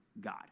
God